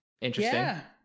Interesting